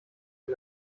von